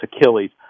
Achilles